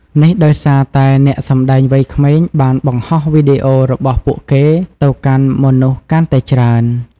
នេះដោយសារតែអ្នកសំដែងវ័យក្មេងបានបង្ហោះវីដេអូរបស់ពួកគេទៅកាន់មនុស្សកាន់តែច្រើន។